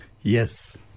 yes